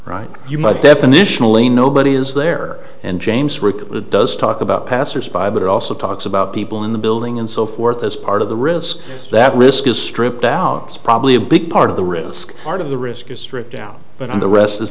right you might definitional a nobody is there and james rick does talk about passers by but it also talks about people in the building and so forth as part of the risk that risk is stripped out is probably a big part of the risk part of the risk is stripped down but on the rest is